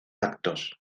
actos